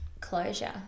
closure